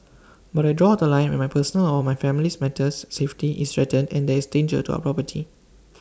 but I draw The Line when my personal or family's safety is threatened and there is danger to our property